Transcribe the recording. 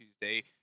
Tuesday